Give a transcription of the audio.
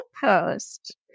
post